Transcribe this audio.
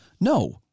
no